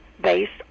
based